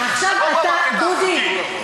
דודי,